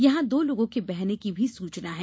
यहां दो लोगों के बहने की भी सूचना है